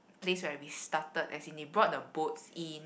place where we started as in they brought the boats in